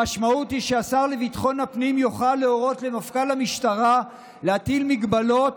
המשמעות היא שהשר לביטחון הפנים יוכל להורות למפכ"ל המשטרה להטיל מגבלות